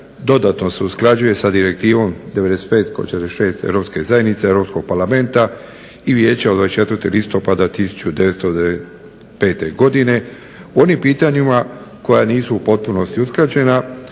dodatno se usklađuje sa direktivom 95/46 Europske zajednice, Europskog parlamenta i Vijeća od 24. listopada 1995. godine onim pitanjima koja nisu u potpunosti usklađena,